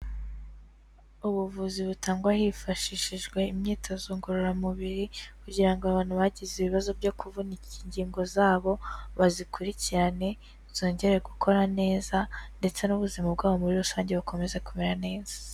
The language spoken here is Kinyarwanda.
Ubuvuzi butangwa hifashishijwe imyitozo ngororamubiri kugira ngo abantu bagize ibibazo byo kuvunika ingingo zabo, bazikurikirane, zongere gukora neza ndetse n'ubuzima bwabo muri rusange, bakomeze kumera neza.